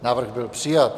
Návrh byl přijat.